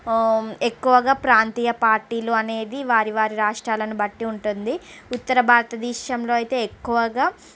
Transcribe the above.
ఎక్కువగా ప్రాంతీయ పార్టీలు అనేది వారి వారి రాష్ట్రాలను బట్టి ఉంటుంది ఉత్తర భారతదేశంలో అయితే ఎక్కువగా